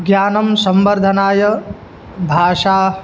ज्ञानं संवर्धनाय भाषा